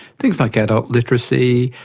things like adult literacy,